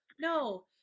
no